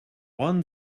one